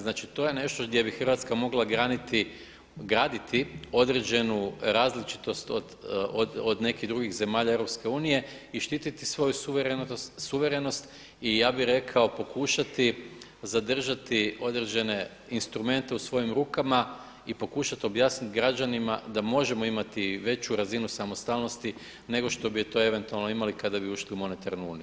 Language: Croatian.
Znači to je nešto gdje bi Hrvatska mogla graditi određenu različitost od nekih drugih zemalja EU i štititi svoju suverenost i ja bih rekao pokušati zadržati određene instrumente u svojim rukama i pokušati objasniti građanima da možemo imati veću razinu samostalnosti nego što bi to eventualno imali kada bi ušli u monetarnu uniju.